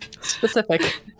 Specific